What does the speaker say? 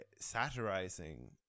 satirizing